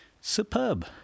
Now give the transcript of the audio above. Superb